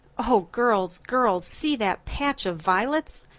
oh, girls, girls, see that patch of violets!